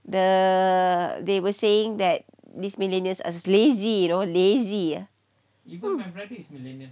the they were saying that this millennials ah lazy you know lazy ah